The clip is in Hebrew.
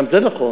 גם זה נכון,